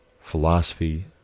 philosophy